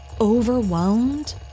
overwhelmed